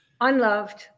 unloved